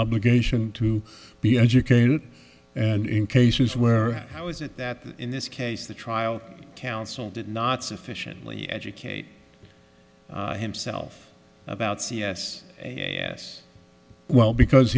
obligation to be educated and in cases where how is it that in this case the trial counsel did not sufficiently educate himself about c s s well because